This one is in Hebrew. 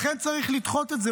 לכן צריך לדחות את זה.